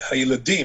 בילדים,